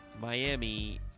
Miami